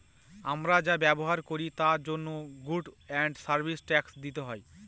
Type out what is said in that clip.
আমরা যা ব্যবহার করি তার জন্য গুডস এন্ড সার্ভিস ট্যাক্স দিতে হয়